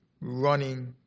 running